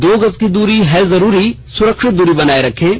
दो गज की दूरी है जरूरी सुरक्षित दूरी बनाए रखें